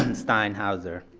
and steinhauser,